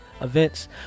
events